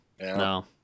no